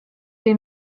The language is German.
den